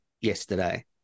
yesterday